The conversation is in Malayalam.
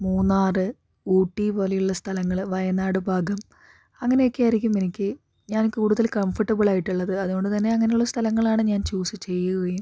മൂന്നാറ് ഊട്ടി പോലെയുള്ള സ്ഥലങ്ങള് വയനാട് ഭാഗം അങ്ങനെയൊക്കെ ആയിരിക്കും എനിക്ക് ഞാൻ കൂടുതല് കംഫർട്ടബിള് ആയിട്ടുള്ളത് അതുകൊണ്ടു തന്നെ അങ്ങനെയുള്ള സ്ഥലങ്ങളാണ് ഞാൻ ചൂസ് ചെയ്യുകയും